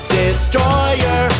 destroyer